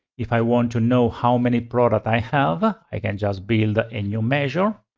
if i want to know how many product i have, i can just build a and new measure.